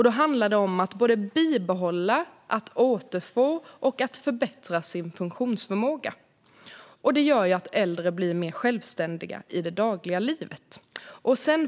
Då handlar det om att bibehålla, återfå och förbättra funktionsförmågan. Det gör att äldre blir mer självständiga i det dagliga livet.